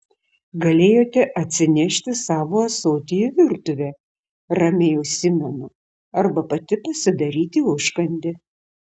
galėjote atsinešti savo ąsotį į virtuvę ramiai užsimenu arba pati pasidaryti užkandį